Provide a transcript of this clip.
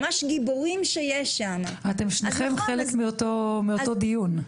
ממש גיבורים שהיו שם --- אתם שניכם חלק מאותו דיון.